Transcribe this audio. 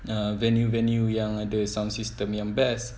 ah venue venue yang ada sound system yang best